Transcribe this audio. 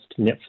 Netflix